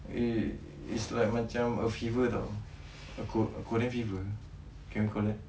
eh it's like macam a fever [tau] a korean fever can we call that